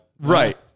Right